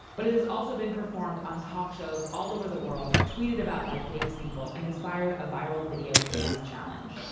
but it has also been performed on talk shows all over the world, tweeted about by famous people, and inspired a viral video dance challenge